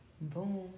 Boom